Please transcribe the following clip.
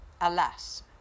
Alas